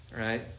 right